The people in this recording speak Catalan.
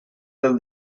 del